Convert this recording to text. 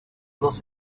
dos